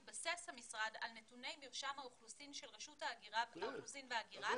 מתבסס המשרד על נתוני מרשם האוכלוסין של רשות האוכלוסין וההגירה,